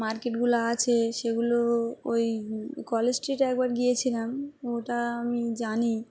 মার্কেটগুলো আছে সেগুলো ওই কলেজ স্ট্রিটে একবার গিয়েছিলাম ওটা আমি জানি